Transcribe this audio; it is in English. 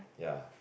ya